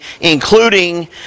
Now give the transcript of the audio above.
including